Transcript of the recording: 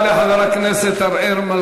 חבר הכנסת אראל.